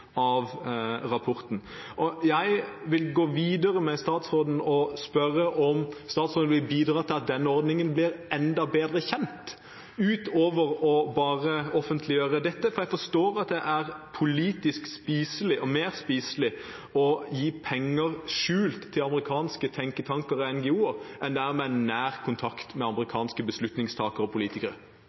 av rapporten. Jeg vil gå videre og spørre om statsråden vil bidra til at denne ordningen blir enda bedre kjent, utover bare å offentliggjøre dette, for jeg forstår at det er politisk mer spiselig å gi penger i skjul til amerikanske tenketanker og NGO-er enn det er med nærkontakt med amerikanske beslutningstakere og politikere.